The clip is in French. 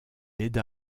aida